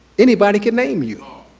anybody can name you.